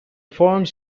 forms